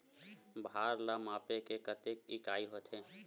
भार ला मापे के कतेक इकाई होथे?